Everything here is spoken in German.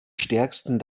stärksten